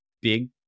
big